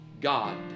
God